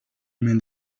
mean